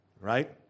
right